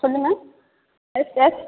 சொல்லுங்கள் yes S